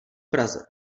praze